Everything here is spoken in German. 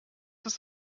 ist